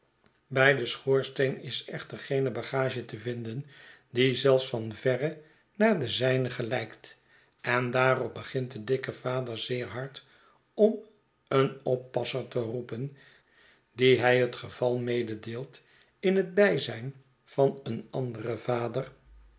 bij den schoorsteen is echter geene bagage te vinden die zelfs van verre naar de zijne geiijkt en daarop begint de dikke vader zeer hard om een oppasser te roepen dien hij het geval mededeelt in het bijzijn van een anderen vader